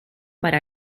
para